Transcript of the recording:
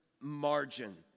margin